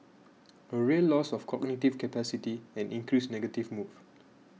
a real loss of cognitive capacity and increased negative move